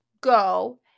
go